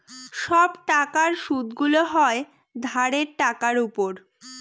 সব টাকার সুদগুলো হয় ধারের টাকার উপর